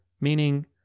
Meaning